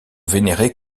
vénérés